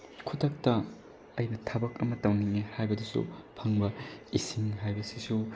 ꯈꯨꯗꯛꯇ ꯑꯩꯅ ꯊꯕꯛ ꯑꯃ ꯇꯥꯎꯅꯤꯡꯉꯦ ꯍꯥꯏꯕꯗꯁꯨ ꯐꯪꯕ ꯏꯁꯤꯡ ꯍꯥꯏꯕꯁꯤꯁꯨ